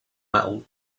metal